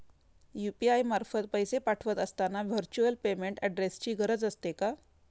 UPI मार्फत पैसे पाठवत असताना व्हर्च्युअल पेमेंट ऍड्रेसची गरज असते का?